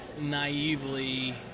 naively